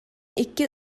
икки